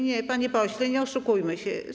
Nie, panie pośle, nie oszukujmy się.